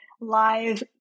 live